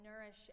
nourish